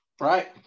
right